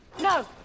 No